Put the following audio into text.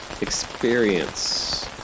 experience